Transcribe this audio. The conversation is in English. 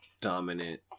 dominant